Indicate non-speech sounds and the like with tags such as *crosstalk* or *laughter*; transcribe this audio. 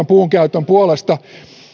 *unintelligible* puun käytön puolesta